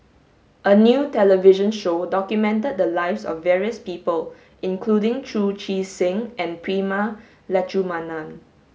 a new television show documented the lives of various people including Chu Chee Seng and Prema Letchumanan